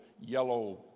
yellow